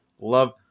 Love